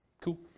Cool